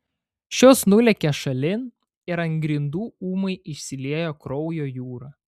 šios nulėkė šalin ir ant grindų ūmai išsiliejo kraujo jūra